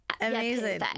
amazing